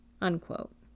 Unquote